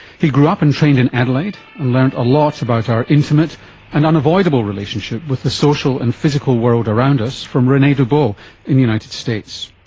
he grew up and trained in adelaide and learned a lot about our intimate and unavoidable relationship with the social and physical world around us from rene dubos in the united states.